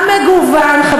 המגוון, למה לא השרעיים גם?